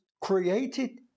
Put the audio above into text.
created